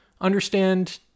understand